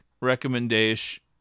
recommendation